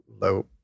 low